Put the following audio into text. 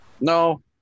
no